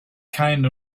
kind